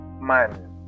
Man